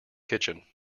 kitchen